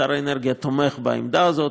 שר האנרגיה תומך בעמדה הזאת.